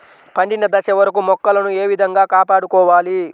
పండిన దశ వరకు మొక్కలను ఏ విధంగా కాపాడుకోవాలి?